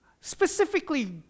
specifically